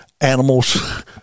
animals